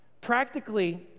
Practically